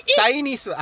Chinese